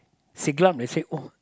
Siglap they say oh